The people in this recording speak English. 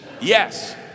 Yes